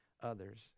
others